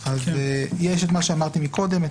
יש את מה שאמרתי מקודם,